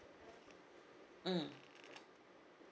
mm